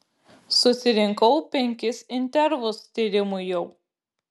susirinkau penkis intervus tyrimui jau